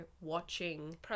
watching